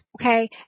okay